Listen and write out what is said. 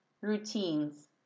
routines